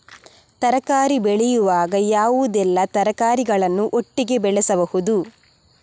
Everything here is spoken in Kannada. ತರಕಾರಿ ಬೆಳೆಯುವಾಗ ಯಾವುದೆಲ್ಲ ತರಕಾರಿಗಳನ್ನು ಒಟ್ಟಿಗೆ ಬೆಳೆಸಬಹುದು?